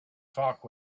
talk